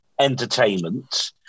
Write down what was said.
entertainment